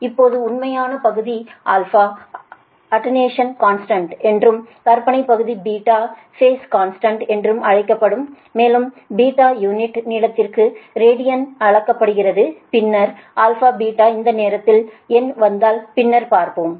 இப்போது உண்மையான பகுதி அட்னுவேஷன் கான்ஸ்டன்ட் என்றும் கற்பனை பகுதி ஃபேஸ் கான்ஸ்டன்ட் என்றும் அழைக்கப்படுகிறது மேலும் யூனிட் நீளத்திற்கு ரேடியனில் அளக்கப்படுகிறது பின்னர் α அந்த நேரத்தில் எண் வந்தால் பின்னர் பார்ப்போம்